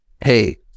hey